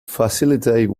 facilitate